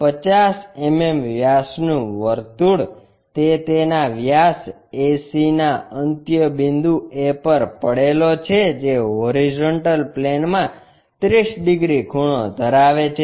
50 મીમી વ્યાસનું વર્તુળ તે તેના વ્યાસ AC નાં અંત્ય બિંદુ A પર પડેલો જે હોરિઝોન્ટલ પ્લેનમાં 30 ડિગ્રી ખૂણો ધરાવે છે